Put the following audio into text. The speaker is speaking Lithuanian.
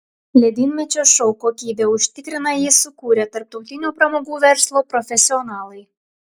ledynmečio šou kokybę užtikrina jį sukūrę tarptautinio pramogų verslo profesionalai